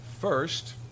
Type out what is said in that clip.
first